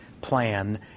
plan